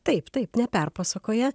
taip taip neperpasakoja